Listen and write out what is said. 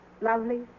Lovely